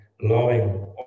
loving